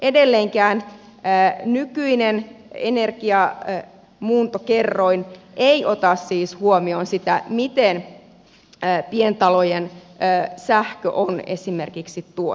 edelleenkään nykyinen energiamuuntokerroin ei ota siis huomioon sitä miten pientalojen sähkö on esimerkiksi tuotettu